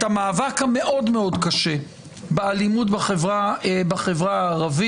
המאבק המאוד מאוד קשה באלימות בחברה הערבית,